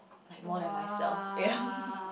like more than myself ya